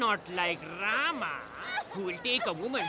not like a woman